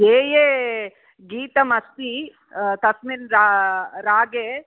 ये ये गीतमस्ति तस्मिन् रा रागे